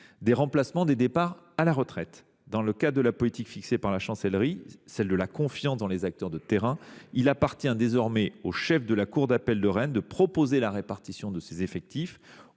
des remplacements des départs à la retraite. Dans le cadre de la politique fixée par la Chancellerie – celle de la confiance dans les acteurs de terrain –, il appartient désormais aux chefs de la cour d’appel de Rennes de proposer la répartition de ces effectifs